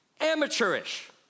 amateurish